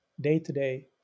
day-to-day